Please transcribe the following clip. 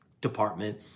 department